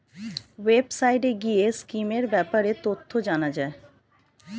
ওয়েবসাইটে গিয়ে স্কিমের ব্যাপারে তথ্য জানা যায়